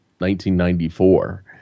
1994